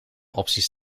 opties